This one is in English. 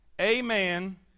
Amen